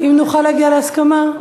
אם נוכל להגיע להסכמה,